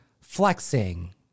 flexing